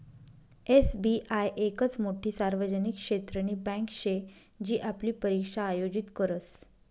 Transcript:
SBI येकच मोठी सार्वजनिक क्षेत्रनी बँके शे जी आपली परीक्षा आयोजित करस